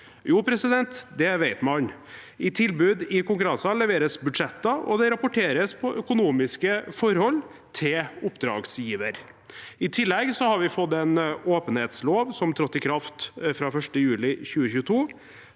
Jo, det vet man. I tilbud i konkurranser leveres budsjetter, og det rapporteres på økonomiske forhold til oppdragsgiver. I tillegg har vi fått en åpenhetslov som trådte i kraft fra 1. juli 2022,